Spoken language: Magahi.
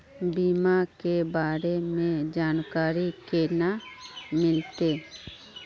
बीमा के बारे में जानकारी केना मिलते?